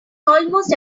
almost